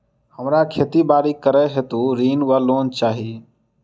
हमरा खेती बाड़ी करै हेतु ऋण वा लोन चाहि?